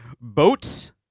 Boats